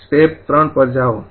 step ૩પર જાઓ